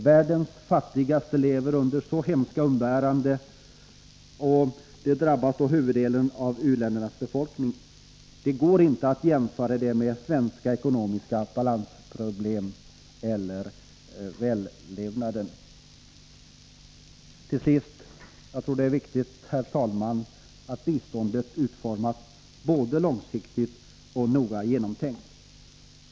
Världens fattigaste lever under så hemska umbäranden, och detta drabbar huvuddelen av u-ländernas befolkning. Det går inte att jämföra det med svenska ekonomiska balansproblem eller den svenska vällevnaden. Herr talman! Jag tror att det är viktigt att biståndet utformas både långsiktigt och noga genomtänkt.